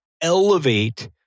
elevate